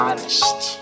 Honest